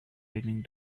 raining